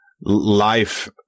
life